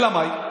אלא מאי?